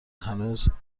هنوزم